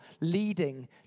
leading